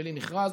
בלי מכרז,